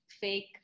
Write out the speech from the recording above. fake